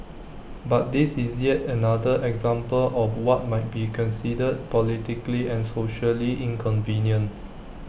but this is yet another example of what might be considered politically and socially inconvenient